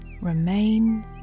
remain